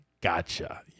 gotcha